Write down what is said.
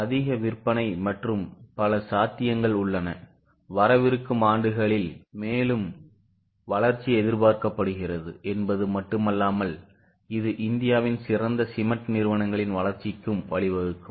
அதிக விற்பனை மற்றும் பல சாத்தியங்கள் உள்ளனவரவிருக்கும் ஆண்டுகளில் மேலும் வளர்ச்சி எதிர்பார்க்கப்படுகிறது என்பது மட்டுமல்லாமல் இது இந்தியாவின் சிறந்த சிமென்ட் நிறுவனங்களின் வளர்ச்சிக்கும் வழிவகுக்கும்